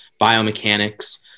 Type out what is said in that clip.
biomechanics